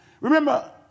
Remember